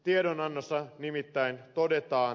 tiedonannossa nimittäin todetaan